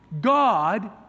God